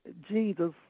Jesus